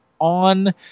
on